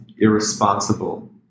irresponsible